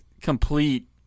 complete